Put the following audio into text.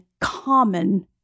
common